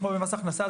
כמו במס הכנסה,